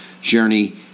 journey